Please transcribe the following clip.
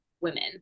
women